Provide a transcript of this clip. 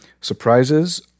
Surprises